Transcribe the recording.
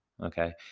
okay